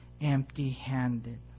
empty-handed